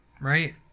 right